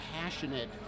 passionate